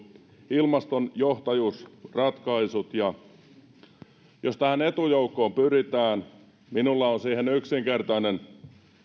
ilmastojohtajuusratkaisut ja jos tähän etujoukkoon pyritään minulla on siihen yksinkertainen